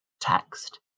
text